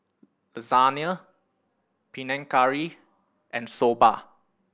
Lasagne Panang Curry and Soba